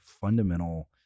fundamental